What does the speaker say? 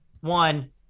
one